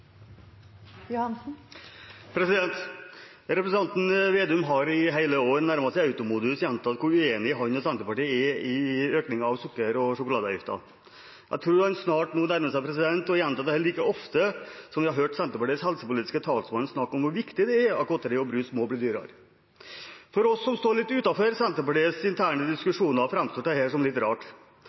Representanten Slagsvold Vedum har i hele år nærmest i automodus gjentatt hvor uenig han og Senterpartiet er i økningen av sukker- og sjokoladeavgiften. Jeg tror han snart har gjentatt det like ofte som vi har hørt Senterpartiets helsepolitiske talsmann snakke om hvor viktig det er at godteri og brus må bli dyrere. For oss som står utenfor Senterpartiets interne diskusjoner, framtoner dette seg som litt rart.